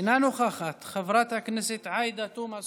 אינה נוכחת, חברת הכנסת עאידה תומא סלימאן,